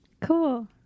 Cool